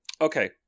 okay